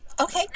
Okay